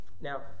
Now